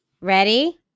Ready